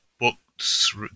books